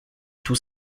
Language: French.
tout